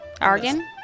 argan